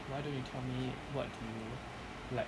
why don't you tell me what do you like